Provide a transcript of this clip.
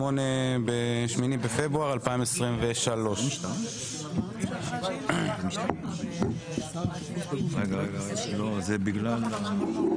8 בפברואר 2023. הסעיף הראשון: קביעת ועדה לדון בהצעה